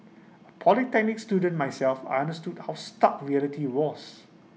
A polytechnic student myself I understood how stark reality was